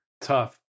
Tough